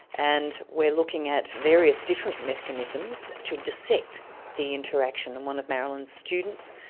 and we're looking at various different mechanisms to dissect the interaction. and one of marilyn's students,